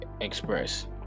express